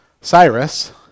Cyrus